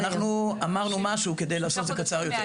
אנחנו אמרנו משהו כדי לעשות את זה קצר יותר.